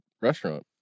restaurant